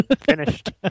finished